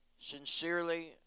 sincerely